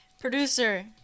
producer